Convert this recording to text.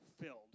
filled